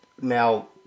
Now